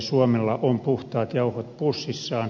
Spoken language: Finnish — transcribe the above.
suomella on puhtaat jauhot pussissaan